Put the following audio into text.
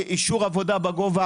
אישור עבודה בגובה,